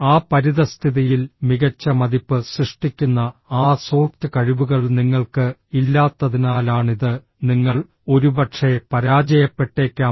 ആ പരിതസ്ഥിതിയിൽ മികച്ച മതിപ്പ് സൃഷ്ടിക്കുന്ന ആ സോഫ്റ്റ് കഴിവുകൾ നിങ്ങൾക്ക് ഇല്ലാത്തതിനാലാണിത് നിങ്ങൾ ഒരുപക്ഷേ പരാജയപ്പെട്ടേക്കാം